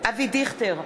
אבי דיכטר,